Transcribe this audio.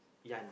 Yan